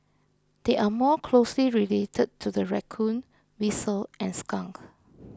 they are more closely related to the raccoon weasel and skunk